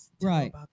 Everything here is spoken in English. Right